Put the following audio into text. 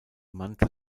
mantel